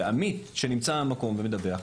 ועמית שנמצא במקום ומדווח,